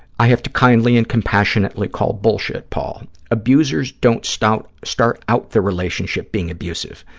i have to kindly and compassionately call bullshit, paul. abusers don't start start out the relationship being abusive.